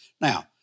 Now